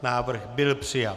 Návrh byl přijat.